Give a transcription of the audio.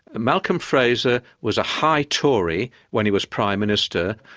malcolm fraser was a high tory when he was prime minister,